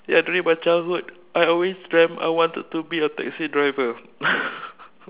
ya during my childhood I always dreamt I wanted to be a taxi driver